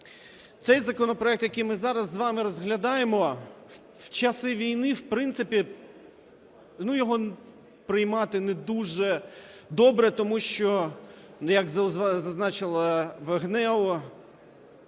Цей законопроект, який ми зараз з вами розглядаємо, в часи війни, в принципі, ну, його пр иймати не дуже добре, тому що, як зазначило ГНЕУ,